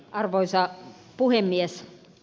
arvoisa puhemies